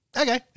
okay